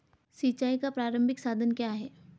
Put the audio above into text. सिंचाई का प्रारंभिक साधन क्या है?